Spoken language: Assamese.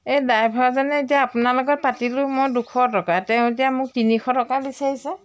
এই ডাইভাৰজনে এতিয়া আপোনাৰ লগত পাতিলোঁ মই দুশ টকা তেওঁ এতিয়া মোক তিনিশ টকা বিচাৰিছে